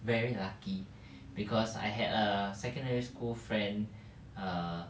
very lucky because I had a secondary school friend err